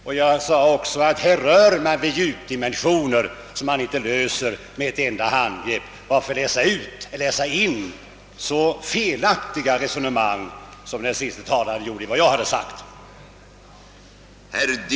Och jag tillade att det här rör sig om »djupdimensioner», som man inte fångar med ett enda hand Srepp. Varför skall någon då läsa in så felaktiga resonemang i vad jag sagt som herr Hugosson gjorde?